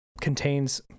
contains